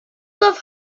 love